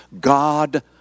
God